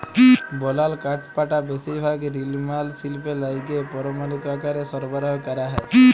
বলাল কাঠপাটা বেশিরভাগ লিরমাল শিল্পে লাইগে পরমালিত আকারে সরবরাহ ক্যরা হ্যয়